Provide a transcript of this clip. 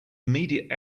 immediate